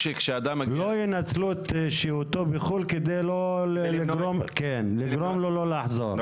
שלא ינצלו את שהותו בחוץ לארץ כדי לגרום לו לא לחזור.